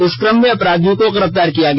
इस क्रम में अपराधियों को गिरफ्तार किया गया